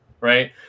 right